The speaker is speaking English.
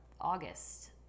August